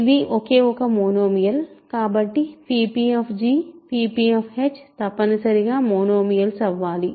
ఇది ఒకే ఒక మోనోమియల్ కాబట్టి p p తప్పనిసరిగా మోనోమియల్స్ అవ్వాలి